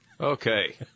Okay